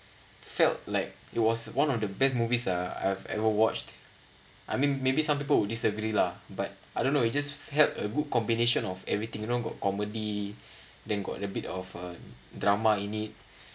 felt like it was one of the best movies ah I've ever watched I mean maybe some people would disagree lah but I don't know it just had a good combination of everything you know got comedy then got a bit of a drama in it